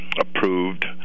approved